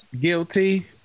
guilty